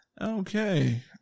Okay